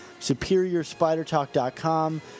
SuperiorSpiderTalk.com